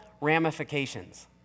ramifications